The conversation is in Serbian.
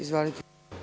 Izvolite.